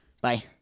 Bye